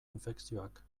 infekzioak